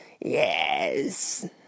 Yes